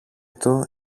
του